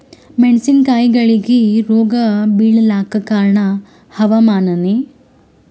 ಮೆಣಸಿನ ಕಾಯಿಗಳಿಗಿ ರೋಗ ಬಿಳಲಾಕ ಕಾರಣ ಹವಾಮಾನನೇ?